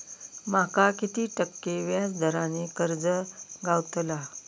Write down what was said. माका किती टक्के व्याज दरान कर्ज गावतला?